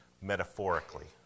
metaphorically